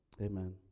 Amen